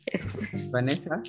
Vanessa